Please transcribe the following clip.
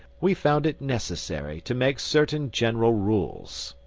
we found it necessary to make certain general rules.